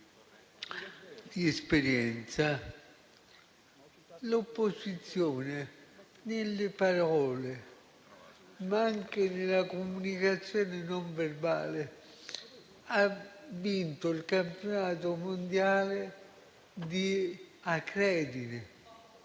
l'opposizione nelle parole, ma anche nella comunicazione non verbale, ha vinto il campionato mondiale di acredine,